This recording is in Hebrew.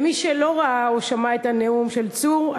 למי שלא ראה או שמע את הנאום של צור,